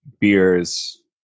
beers